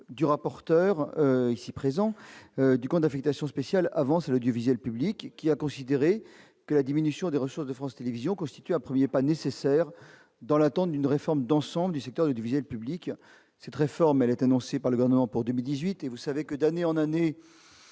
du rapporteur spécial- ici présent -sur le compte de concours financiers « Avances à l'audiovisuel public », qui a considéré que la diminution des ressources de France Télévisions constitue un premier pas nécessaire dans l'attente d'une réforme d'ensemble du secteur audiovisuel public. Cette réforme est annoncée par le Gouvernement pour 2018, et vous savez que les années